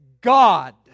God